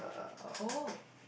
uh oh